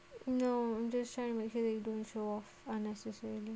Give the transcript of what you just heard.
no just trying to make sure that you don't show off unnecessarily